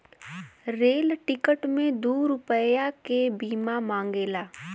rail ticket मे दू रुपैया के बीमा मांगेला